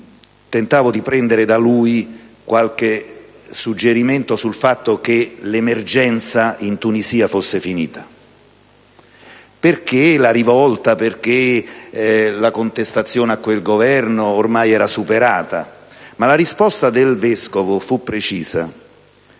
tentavo di avere da lui qualche indicazione sul fatto che l'emergenza in Tunisia fosse finita, perché la rivolta e la contestazione a quel Governo erano ormai superate. Ma la risposta del vescovo fu precisa: